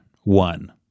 one